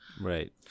right